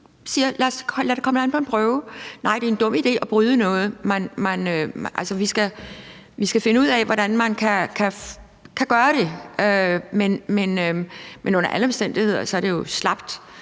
siger: Lad det komme an på en prøve. For nej, det er en dum idé at bryde noget. Vi skal finde ud af, hvordan man kan gøre det. Men under alle omstændigheder er det jo så